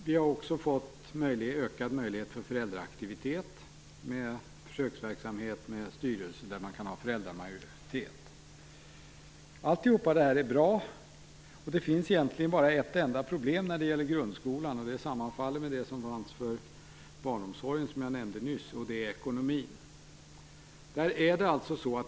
Vi har också fått ökade möjligheter till föräldraaktivitet i form av försöksverksamhet med styrelser där man kan ha föräldramajoritet. Allt detta är bra. Det finns egentligen bara ett enda problem för grundskolan, och det sammanfaller med problemet för barnomsorgen som jag nämnde nyss. Det är ekonomin.